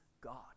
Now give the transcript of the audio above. God